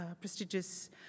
prestigious